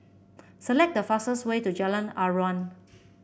select the fastest way to Jalan Aruan